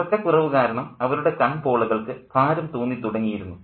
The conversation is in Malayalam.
ഉറക്കക്കുറവ് കാരണം അവരുടെ കൺപോളകൾക്ക് ഭാരം തോന്നി തുടങ്ങിയിരുന്നു